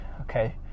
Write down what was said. Okay